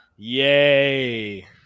Yay